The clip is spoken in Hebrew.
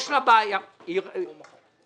או מחר.